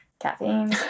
caffeine